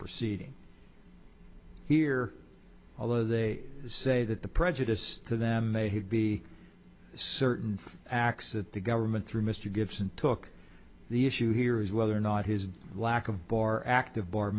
proceeding here although they say that the prejudice to them they'd be certain acts that the government through mr gibson took the issue here is whether or not his lack of bar active bar